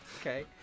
Okay